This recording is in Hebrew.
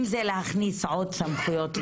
אם זה להכניס עוד סמכויות לזה,